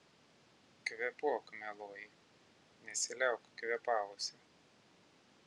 kvėpuok mieloji nesiliauk kvėpavusi